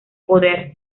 poder